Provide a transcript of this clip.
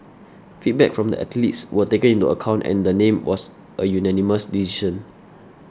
feedback from the athletes were taken into account and the name was a unanimous decision